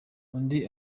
undi